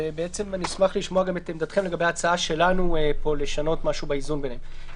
אשמח לשמוע את עמדתכם לגבי הצעה שלנו לשנות משהו באיזון ביניהם.